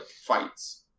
fights